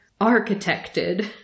architected